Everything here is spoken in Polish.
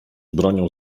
bronią